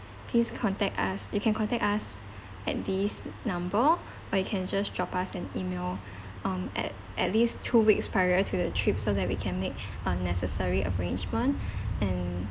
please contact us you can contact us at this number or you can just drop us an E-mail um at at least two weeks prior to the trip so that we can make uh necessary arrangement and